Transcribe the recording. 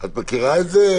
את מכירה את זה,